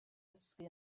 dysgu